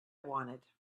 wanted